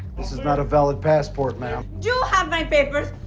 this is not a valid passport, ma'am. you have my papers.